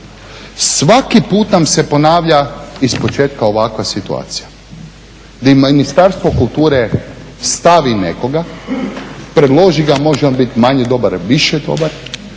Svaki put nam se ponavlja ispočetka ovakva situacija di Ministarstvo kulture stavi nekoga, predloži ga, može on biti manje dobar, više dobar.